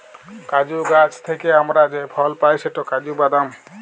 কাজু গাহাচ থ্যাইকে আমরা যে ফল পায় সেট কাজু বাদাম